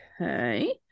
Okay